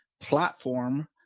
platform